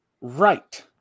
right